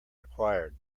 required